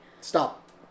Stop